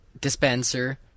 dispenser